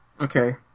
Okay